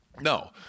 No